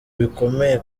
bikomeye